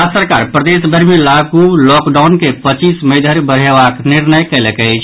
राज्य सरकार प्रदेशभरि मे लागू लॉकडाउन के पच्चीस मई धरि बढयबाक निर्णय कयलक अछि